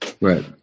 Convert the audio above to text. right